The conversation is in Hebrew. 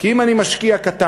כי אם אני משקיע קטן,